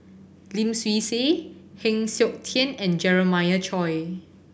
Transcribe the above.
Lim Swee Say Heng Siok Tian and Jeremiah Choy